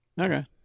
Okay